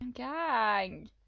gang